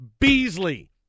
Beasley